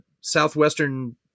southwestern